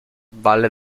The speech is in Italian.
valle